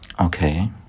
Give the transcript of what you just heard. Okay